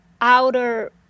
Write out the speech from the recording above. outer